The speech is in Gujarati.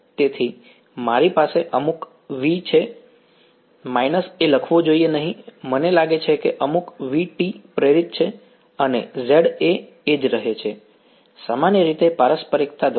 તેથી મારી પાસે અમુક V છે − એ લખવું જોઈએ નહીં મને લાગે છે કે અમુક V T પ્રેરિત છે અને Za એ જ રહે છે સામાન્ય રીતે પારસ્પરિકતા દ્વારા